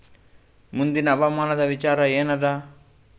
ಮುಂದಿನ ಹವಾಮಾನದ ವಿಚಾರ ಏನದ?